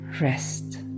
rest